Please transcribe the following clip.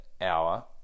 hour